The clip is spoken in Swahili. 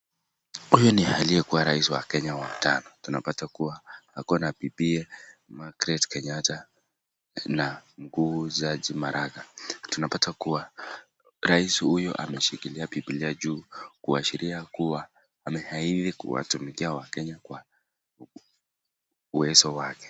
Huyu ni aliyekuwa rais wa Kenya wa tano, tunapata kuwa ako na bibiye Margaret Kenyatta na mkuu jaji maraga, tunapata kuwa rais huyu ameshikilia bibilia juu kuashiria kuwa ameahidi kuwatumikia wakenya kwa uwezo wake.